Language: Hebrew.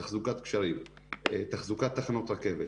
תחזוקת גשרים, תחזוקת תחנות רכבת.